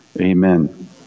amen